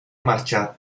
marchar